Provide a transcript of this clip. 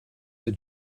the